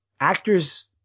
actors